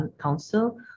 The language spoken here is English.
Council